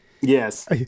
Yes